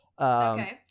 Okay